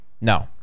No